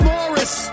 Morris